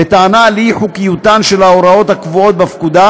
בטענה לאי-חוקיותן של ההוראות הקבועות בפקודה,